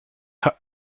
her